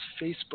Facebook